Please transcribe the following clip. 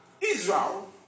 Israel